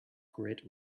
great